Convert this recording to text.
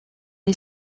est